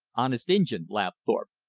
honest injin, laughed thorpe.